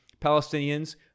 Palestinians